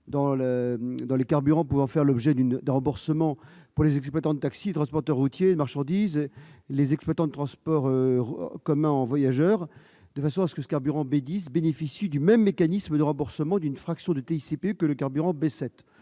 dans les carburants pouvant faire l'objet d'un remboursement pour les exploitants de taxi, les transporteurs routiers de marchandise, les exploitants de transports en commun de voyageurs, de sorte que ce carburant bénéficie du même mécanisme de remboursement d'une fraction de TICPE que le carburant B7.